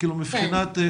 כן.